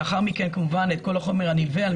לאחר מכן כמובן את כל החומר הנלווה על